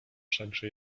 wszakże